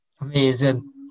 Amazing